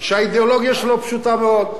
האידיאולוגיה שלו פשוטה מאוד,